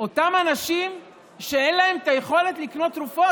אותם אנשים שאין להם את היכולת לקנות תרופות?